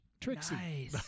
Trixie